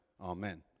amen